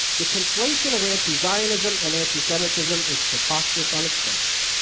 the conflation of anti-zionism and anti-semitism is preposterous on its face.